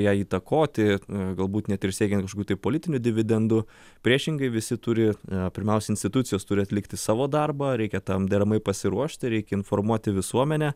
jai įtakoti galbūt net ir siekiant kažkokių tai politinių dividendų priešingai visi turi pirmiausia institucijos turi atlikti savo darbą reikia tam deramai pasiruošti reikia informuoti visuomenę